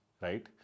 right